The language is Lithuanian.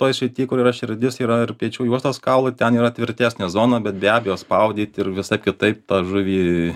toj srity kur yra širdis yra ir pečių juostos kaulai ten yra tvirtesnė zona bet be abejo spaudyt ir visaip kitaip tą žuvį